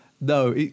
No